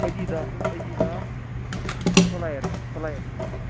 Adidas حظ Adidas flyer flyer shoes